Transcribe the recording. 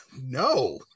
no